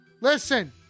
Listen